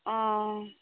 ᱚᱸᱻ